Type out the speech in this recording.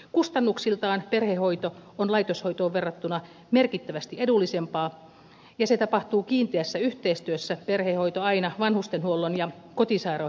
kustannuksiltaan perhehoito on laitoshoitoon verrattuna merkittävästi edullisempaa ja se tapahtuu aina kiinteässä yhteistyössä vanhustenhuollon ja kotisairaanhoidon kanssa